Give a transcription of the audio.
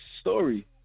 story